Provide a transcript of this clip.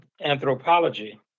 anthropology